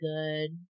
good